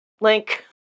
link